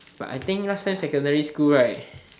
but I think last time secondary school right